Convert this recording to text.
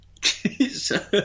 Jesus